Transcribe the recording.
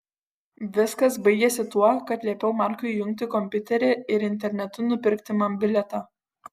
viskas baigėsi tuo kad liepiau markui įjungti kompiuterį ir internetu nupirkti man bilietą